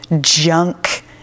junk